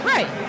Right